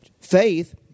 faith